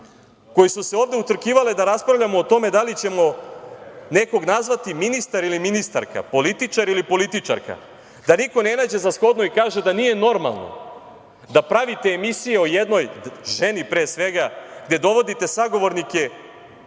koje su se ovde utrkivale da raspravljamo o tome da li ćemo nekog nazvati ministar ili ministarka, političar ili političarka, da niko ne nađe za shodno i kaže da nije normalno da pravite emisiju o jednoj ženi pre svega gde dovodite sagovornike